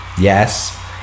Yes